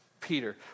Peter